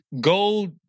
gold